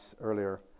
earlier